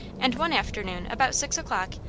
and one afternoon about six o'clock,